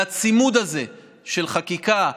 והצימוד הזה של חקיקה,